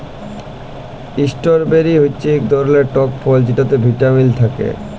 strawberry হচ্যে ইক ধরলের টক ফল যেটতে ভিটামিল থ্যাকে